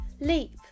leap